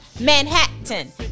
Manhattan